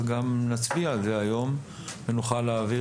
גם נצביע על ההצעה היום וכבר נוכל להעביר